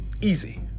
easy